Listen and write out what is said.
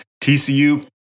TCU